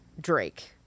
Drake